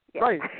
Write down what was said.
Right